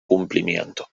cumplimiento